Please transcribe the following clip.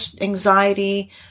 anxiety